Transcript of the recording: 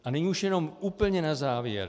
A nyní už jenom úplně na závěr.